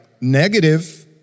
negative